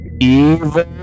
evil